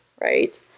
right